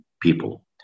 people